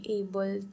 able